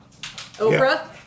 Oprah